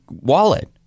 wallet